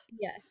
yes